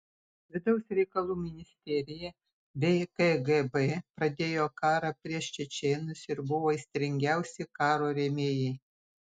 vidaus reikalų ministerija bei kgb pradėjo karą prieš čečėnus ir buvo aistringiausi karo rėmėjai